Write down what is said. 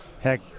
heck